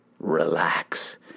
relax